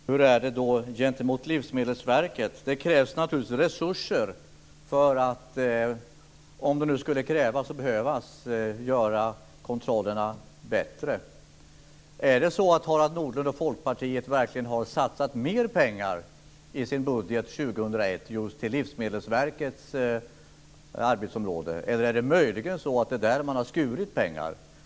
Fru talman! Hur är det då gentemot Livsmedelsverket? Det krävs naturligtvis resurser om man skulle behöva göra kontrollerna bättre. Är det så att Harald Nordlund och Folkpartiet verkligen har satsat mer pengar i sin budget för 2001 just till Livsmedelsverkets arbetsområde, eller är det möjligen så att det är där som man har skurit ned?